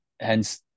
hence